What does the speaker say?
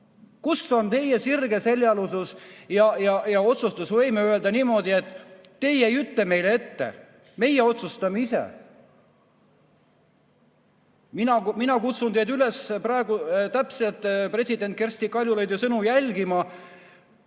Kus on teie sirgeseljalisus ja otsustusvõime öelda, et teie ei ütle meile ette, meie otsustame ise? Mina kutsun teid üles praegu täpselt president Kersti Kaljulaidi sõnu jälgima,